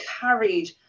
carried